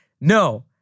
no